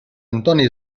antoni